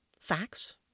facts